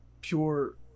pure